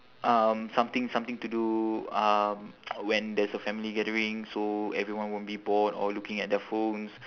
um something something to do um when there's a family gathering so everyone won't be bored or looking at their phones